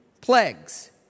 plagues